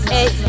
Hey